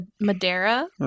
Madeira